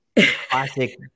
classic